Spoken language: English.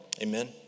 Amen